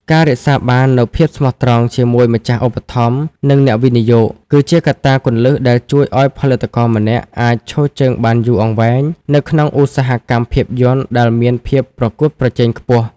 ការរក្សាបាននូវភាពស្មោះត្រង់ជាមួយម្ចាស់ឧបត្ថម្ភ និងអ្នកវិនិយោគ គឺជាកត្តាគន្លឹះដែលជួយឱ្យផលិតករម្នាក់ៗអាចឈរជើងបានយូរអង្វែងនៅក្នុងឧស្សាហកម្មភាពយន្តដែលមានភាពប្រកួតប្រជែងខ្ពស់។